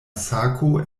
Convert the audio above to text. sako